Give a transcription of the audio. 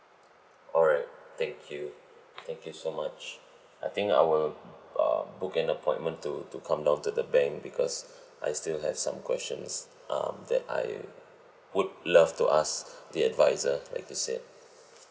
alright thank you thank you so much I think I will uh book an appointment to to come down to the bank because I still have some questions um that I would love to ask the advisor like you said